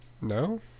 No